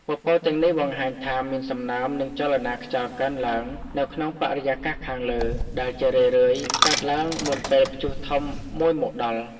ពពកទាំងនេះបង្ហាញថាមានសំណើម និងចលនាខ្យល់កើនឡើងនៅក្នុងបរិយាកាសខាងលើ ដែលជារឿយៗកើតឡើងមុនពេលព្យុះធំមួយមកដល់។